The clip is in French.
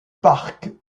parc